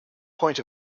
point